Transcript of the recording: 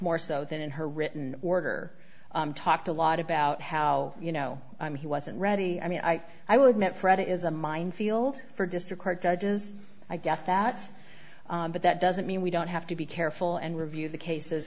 more so than in her written order talked a lot about how you know i mean he wasn't ready i mean i i would not fret it is a minefield for district court judges i get that but that doesn't mean we don't have to be careful and review the cases